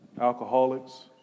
alcoholics